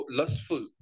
lustful